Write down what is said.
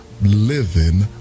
living